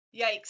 Yikes